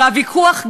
והוויכוח,